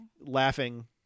laughing